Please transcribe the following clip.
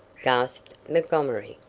gasped montgomery,